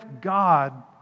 God